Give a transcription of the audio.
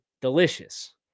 delicious